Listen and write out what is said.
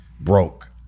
broke